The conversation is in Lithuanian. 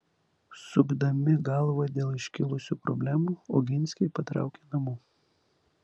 sukdami galvą dėl iškilusių problemų oginskiai patraukė namo